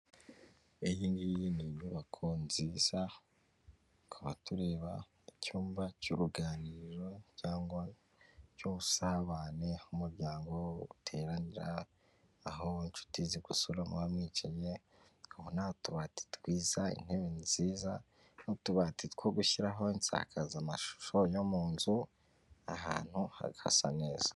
Iyi ngiyi ni inyubako nziza tukaba tureba icyumba cy'uruganiriro cyangwa cy'ubusabane, aho umuryango uteranira, aho inshuti zigusura muba mwicaye, tukabona utubati twiza, intebe nziza n'utubati two gushyiraho insakazamashusho yo mu nzu, ahantu hasa neza.